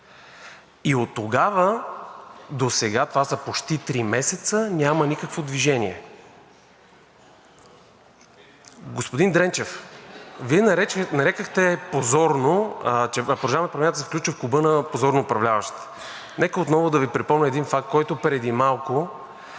и оттогава досега – това са почти три месеца, няма никакво движение. Господин Дренчев, Вие нарекохте позорно, че „Продължаваме Промяната“ се включва в Клуба на позорно управляващите. Нека отново да Ви припомня един факт, който преди малко